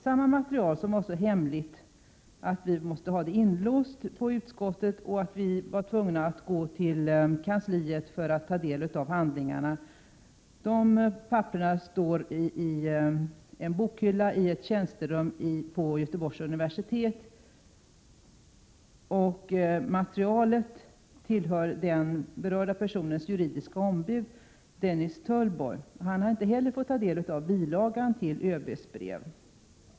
Samma material som var så hemligt att det måste vara inlåst på utskottet, så att vi var tvungna att gå till kansliet för att ta del av handlingarna, står i en bokhylla i ett tjänsterum på Göteborgs universitet. Materialet tillhörde den berörda personens juridiska ombud, Dennis Töllborg. Han har inte heller fått ta del av bilagan till ÖB:s brev.